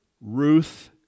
Ruth